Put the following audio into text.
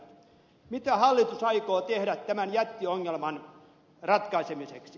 mitä hallitus aikoo tehdä tämän jättiongelman ratkaisemiseksi